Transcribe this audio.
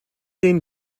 den